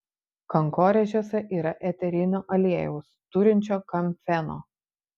kankorėžiuose yra eterinio aliejaus turinčio kamfeno